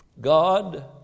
God